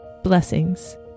Blessings